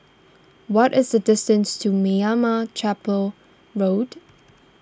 what is the distance to Meyappa Chettiar Road